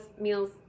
meals